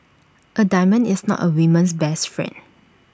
A diamond is not A woman's best friend